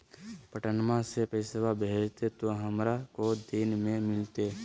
पटनमा से पैसबा भेजते तो हमारा को दिन मे मिलते?